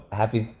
happy